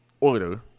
order